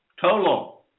total